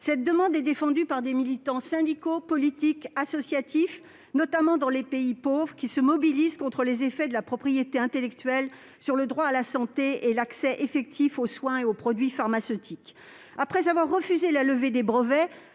cette demande est défendue par des militants syndicaux, associatifs et politiques, notamment dans les pays pauvres, qui se mobilisent contre les effets de la propriété intellectuelle sur le droit à la santé et l'accès effectif aux soins et aux produits pharmaceutiques. Après avoir refusé la levée des brevets,